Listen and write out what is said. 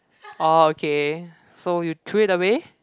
oh okay so you threw it away